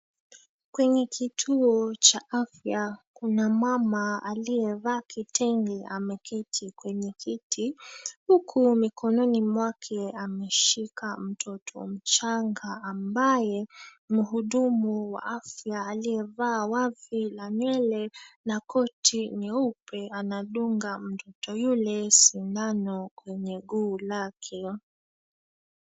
Kwenye kituo cha afya kuna mama aliyevaa kitenge ameketi kwenye kiti, huku mikononi mwake ameshika mtoto mchanga ambaye mhudumu wa afya aliyevaa wavi la nywele na koti nyeupe anadunga mtoto yule sindano kwenye guu lake.